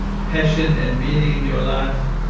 passion and meaning in your life,